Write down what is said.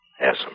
Yes